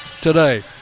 today